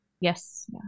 Yes